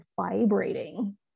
vibrating